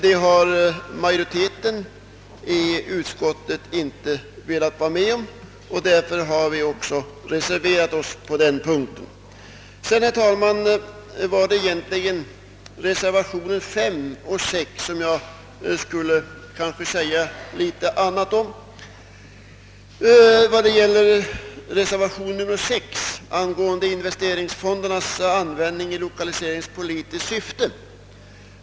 Det har majoriteten i utskottet inte velat vara med om, och därför har vi också reserverat oss på den punkten. Sedan, herr talman, skulle jag vilja något beröra reservationerna nr 5 och nr 6 som rör lokaliseringspolitiken. Reservationen nr 6 gäller investeringsfondernas användning i lokaliseringspolitiskt syfte.